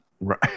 Right